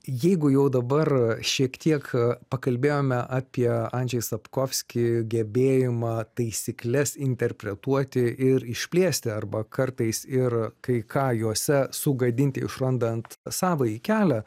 jeigu jau dabar šiek tiek pakalbėjome apie andžej sapkovski gebėjimą taisykles interpretuoti ir išplėsti arba kartais ir kai ką juose sugadinti išrandant savąjį kelią